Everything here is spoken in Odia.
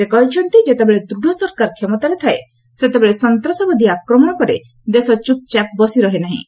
ସେ କହିଛନ୍ତି ଯେତେବେଳେ ଦୂଢ଼ ସରକାର କ୍ଷମତାରେ ଥାଏ ସେତେବେଳେ ସନ୍ତାସବାଦୀ ଆକ୍ରମଣରେ ଦେଶ ଚୂପ୍ଚାପ୍ ବସିରହେ ନାହିଁ